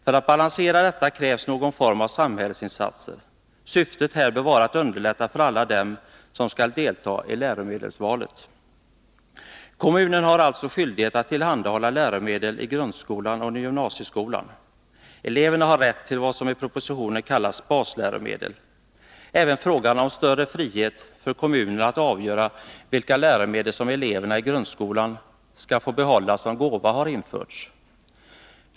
För att uppnå balans i detta avseende krävs någon form av samhällsinsatser. Syftet här bör vara att underlätta för alla dem som skall delta i läromedelsvalet. Kommunerna har alltså skyldighet att tillhandahålla läromedel både i grundskolan och i gymnasieskolan. Eleverna har rätt till vad som i propositionen kallas basläromedel. Även frågan om större frihet för kommunerna att avgöra vilka läromedel som eleverna i grundskolan skall få behålla som gåva har aktualiserats.